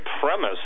premise